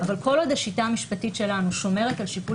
אבל כל עוד השיטה המשפטית שלנו שומרת על שיקול